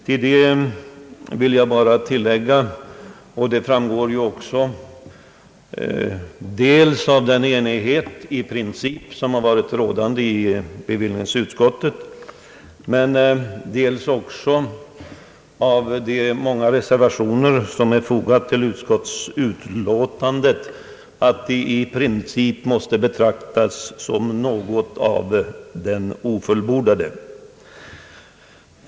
Till det skall jag för det första tillägga — det framgår dels av den enighet som i princip har rått i bevillningsutskottet, dels av de många reservationer som är fogade till utskottsbetänkandet — att detta förslag måste betraktas som något av den ofullbordade symfonin.